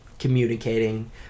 communicating